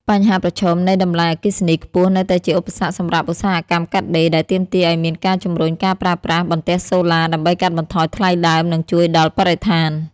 បញ្ហាប្រឈមនៃតម្លៃអគ្គិសនីខ្ពស់នៅតែជាឧបសគ្គសម្រាប់ឧស្សាហកម្មកាត់ដេរ ដែលទាមទារឱ្យមានការជំរុញការប្រើប្រាស់បន្ទះសូឡាដើម្បីកាត់បន្ថយថ្លៃដើម និងជួយដល់បរិស្ថាន។